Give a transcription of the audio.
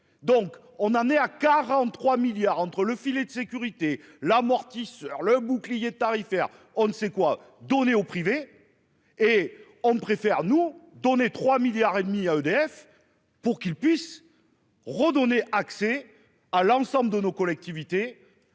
Donc on en est à 43 milliards entre le filet de sécurité l'amortisseur le bouclier tarifaire. On ne sait quoi donner au privé et on préfère nous donner 3 milliards et demi à EDF pour qu'ils puissent. Redonner accès à l'ensemble de nos collectivités.